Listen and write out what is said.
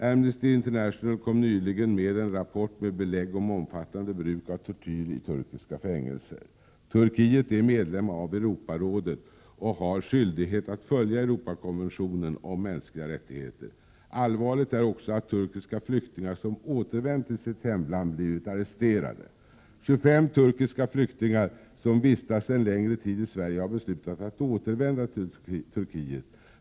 Amnesty International kom nyligen med en rapport med belägg om omfattande bruk av tortyr i turkiska fängelser. Turkiet är medlem av Europarådet och har skyldighet att följa Europakonventionen om mänskliga rättigheter. Vidare är det allvarligt att turkiska flyktingar som återvänt till sitt hemland har blivit arresterade. 25 turkiska flyktingar som sedan en längre tid vistas i Sverige har beslutat att återvända till Turkiet.